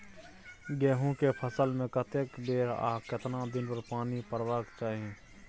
गेहूं के फसल मे कतेक बेर आ केतना दिन पर पानी परबाक चाही?